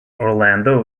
orlando